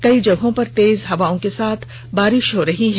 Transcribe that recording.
कई जगहों पर तेज हवा के साथ बारिष हो रही है